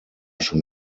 schon